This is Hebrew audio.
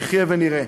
נחיה ונראה.